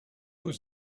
was